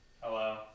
hello